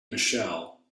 michelle